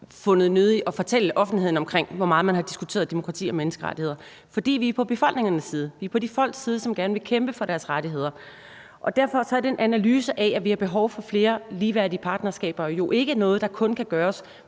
fundet nødigt at fortælle offentligheden om, hvor meget man har diskuteret demokrati og menneskerettigheder. Det er, fordi vi er på befolkningernes side; vi er på de folk, som gerne vil kæmpe for deres rettigheders, side. Derfor er det en analyse af, at vi har behov for flere ligeværdige partnerskaber – og det er jo ikke noget, der kun kan gøres